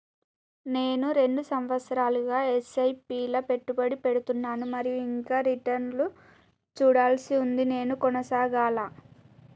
నేను రెండు సంవత్సరాలుగా ల ఎస్.ఐ.పి లా పెట్టుబడి పెడుతున్నాను మరియు ఇంకా రిటర్న్ లు చూడాల్సి ఉంది నేను కొనసాగాలా?